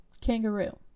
Kangaroo